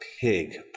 pig